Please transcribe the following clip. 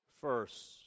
first